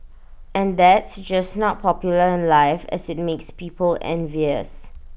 and that's just not popular in life as IT makes people envious